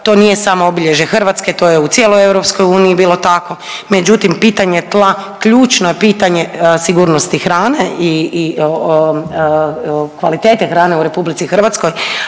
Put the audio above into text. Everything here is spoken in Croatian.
to nije samo obilježje Hrvatske to je u cijeloj EU bilo tako. Međutim, pitanje tla ključno je pitanje sigurnosti hrane i kvalitete hrane u RH, ali isto tako